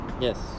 Yes